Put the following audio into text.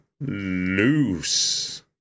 Loose